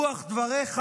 אדוני היושב-ראש,